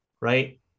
right